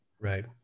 Right